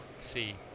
see